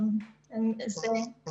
ברור.